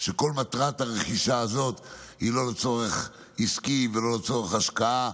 שכל מטרת הרכישה הזאת היא לא לצורך עסקי ולא לצורך השקעה,